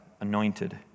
anointed